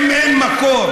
אם אין מקום,